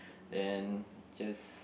and just